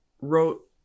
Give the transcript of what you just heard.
wrote